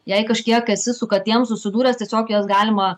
jei kažkiek esi su katėm susidūręs tiesiog jas galima